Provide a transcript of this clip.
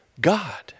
God